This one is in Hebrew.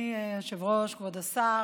אדוני היושב-ראש, כבוד השר,